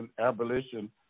abolition